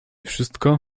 wszystko